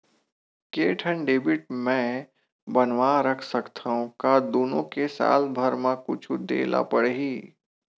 के ठन डेबिट मैं बनवा रख सकथव? का दुनो के साल भर मा कुछ दे ला पड़ही?